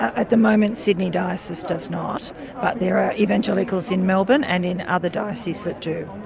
at the moment sydney diocese does not but there are evangelicals in melbourne and in other dioceses that do.